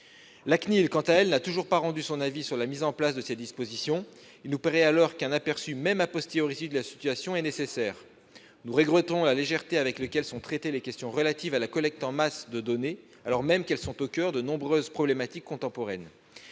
La CNIL, quant à elle, n'a toujours pas rendu son avis sur la mise en place de telles dispositions. Il nous apparaît alors qu'un aperçu, même, de la situation est nécessaire. Nous regrettons la légèreté avec laquelle sont traitées les questions relatives à la collecte en masse de données alors qu'elles sont au coeur de nombreuses problématiques contemporaines.